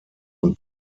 und